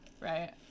right